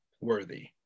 worthy